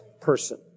person